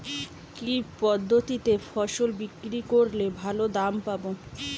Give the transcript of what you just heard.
কি পদ্ধতিতে ফসল বিক্রি করলে ভালো দাম পাব?